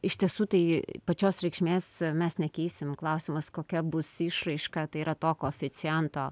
iš tiesų tai pačios reikšmės mes nekeisim klausimas kokia bus išraiška tai yra to koeficiento